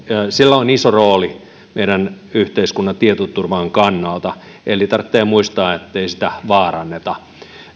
sillä on iso rooli meidän yhteiskunnan tietoturvan kannalta eli tarvitsee muistaa ettei sitä vaaranneta